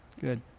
good